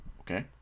Okay